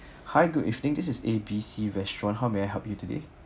hi good evening this is A B C restaurant how may I help you today